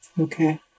Okay